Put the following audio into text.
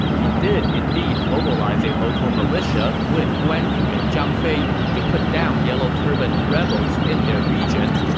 he did indeed mobilize a local militia with guan yu and zhang fei to put down yellow turban rebels in their region.